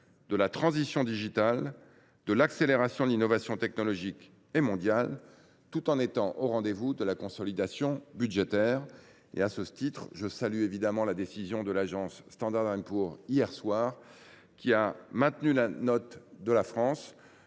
de la transition digitale et de l’accélération de l’innovation technologique mondiale, tout en étant au rendez vous de la consolidation budgétaire. À ce titre, je salue la décision prise par l’agence Standard & Poor’s hier soir, qui a maintenu la note de la France.